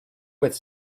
with